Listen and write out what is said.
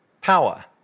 power